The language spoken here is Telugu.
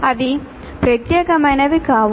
అవి ప్రత్యేకమైనవి కావు